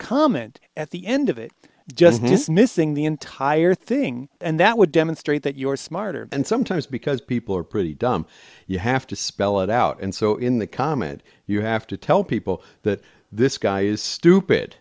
comment at the end of it just dismissing the entire thing and that would demonstrate that you are smarter and sometimes because people are pretty dumb you have to spell it out and so in the comment you have to tell people that this guy is stupid